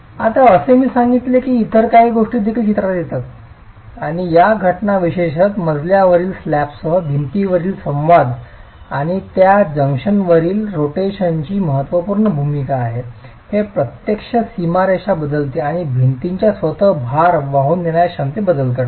आता जसे मी आधी सांगितले आहे की इतर काही गोष्टी देखील चित्रात येतील आणि या घटना विशेषत मजल्यावरील स्लॅबसह भिंतीवरील संवाद आणि त्या जंक्शनवरील रोटेशनची महत्त्वपूर्ण भूमिका आहे हे प्रत्यक्षात सीमारेषा बदलते आणि भिंतीच्या स्वतः उभ्या भार वाहून नेणार्या क्षमतेत बदल करते